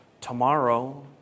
tomorrow